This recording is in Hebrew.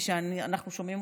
כפי שאנחנו שומעים,